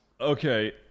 okay